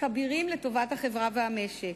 כבירים לטובת החברה והמשק.